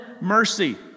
mercy